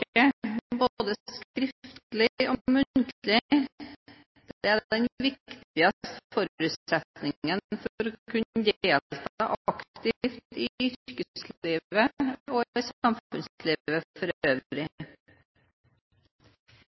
både skriftlig og muntlig, er den viktigste forutsetningen for å kunne delta aktivt i yrkeslivet og i samfunnslivet for øvrig.